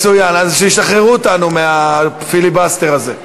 מצוין, אז שישחררו אותנו מהפיליבסטר הזה.